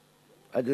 ח'